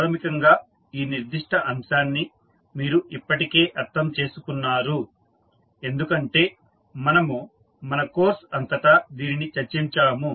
ప్రాథమికంగా ఈ నిర్దిష్ట అంశాన్ని మీరు ఇప్పటికే అర్థం చేసుకున్నారు ఎందుకంటే మనము మన కోర్స్ అంతటా దీనిని చర్చించాము